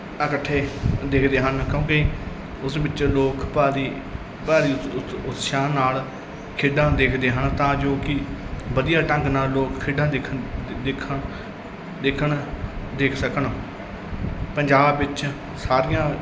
ਇਕੱਠੇ ਦੇਖਦੇ ਹਨ ਕਿਉਂਕਿ ਉਸ ਵਿੱਚ ਲੋਕ ਭਾਰੀ ਭਾਰੀ ਉਸ ਉਸ ਉਤਸ਼ਾਹ ਨਾਲ ਖੇਡਾਂ ਦੇਖਦੇ ਹਨ ਤਾਂ ਜੋ ਕਿ ਵਧੀਆ ਢੰਗ ਨਾਲ ਲੋਕ ਖੇਡਾਂ ਦੇਖਣ ਦਿਖਣ ਦੇਖਣ ਦੇਖ ਸਕਣ ਪੰਜਾਬ ਵਿੱਚ ਸਾਰੀਆਂ